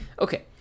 Okay